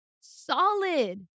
solid